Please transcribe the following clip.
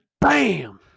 bam